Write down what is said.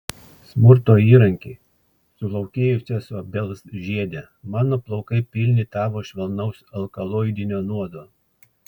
smurto įranki sulaukėjusios obels žiede mano plaukai pilni tavo švelnaus alkaloidinio nuodo